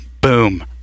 Boom